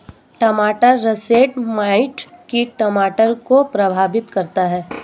टमाटर russet mite कीट टमाटर को प्रभावित करता है